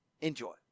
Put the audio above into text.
Enjoy